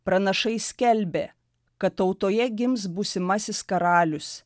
pranašai skelbė kad tautoje gims būsimasis karalius